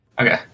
okay